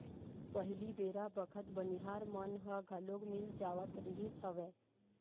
पहिली बेरा बखत बनिहार मन ह घलोक मिल जावत रिहिस हवय